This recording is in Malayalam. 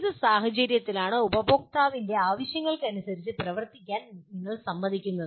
ഏത് സാഹചര്യത്തിലാണ് ഉപഭോക്താവിന്റെ ആവശ്യങ്ങൾക്കനുസരിച്ച് പ്രവർത്തിക്കാൻ നിങ്ങൾ സമ്മതിക്കുന്നത്